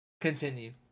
Continue